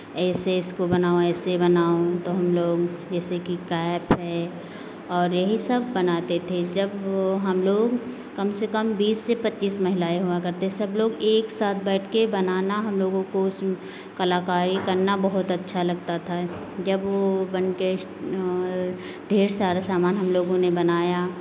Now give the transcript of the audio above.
ऐसे इसको बनाओ ऐसे बनाओ तो हम लोग जैसे कि कैप है और यही सब बनाते थे जब वो हम लोग कम से बीस से पच्चीस महिलाएँ हुआ करते सब लोग एक साथ बैठ के बनाना हम लोगों को उसमें कलाकारी करना बहुत अच्छा लगता था जब वो बन के ढेर सारा सामान हम लोगों ने बनाया